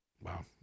Wow